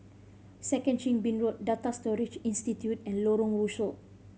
Second Chin Bee Road Data Storage Institute and Lorong Rusuk